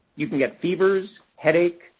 you can get fevers, headache,